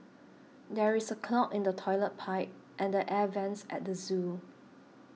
there is a clog in the Toilet Pipe and the Air Vents at the zoo